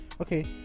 Okay